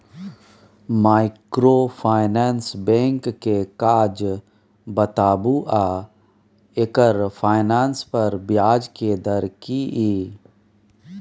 Microfinance bank के काज बताबू आ एकर फाइनेंस पर ब्याज के दर की इ?